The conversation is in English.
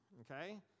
Okay